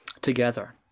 together